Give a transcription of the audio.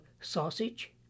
sausage